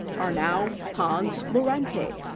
arnau pons lorente.